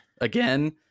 Again